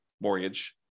mortgage